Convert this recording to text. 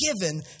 given